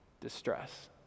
Distress